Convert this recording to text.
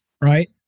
right